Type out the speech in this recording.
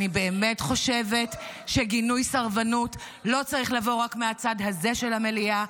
אני באמת חושבת שגינוי סרבנות לא צריך לבוא רק מהצד הזה של המליאה,